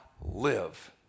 live